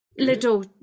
Little